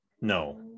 No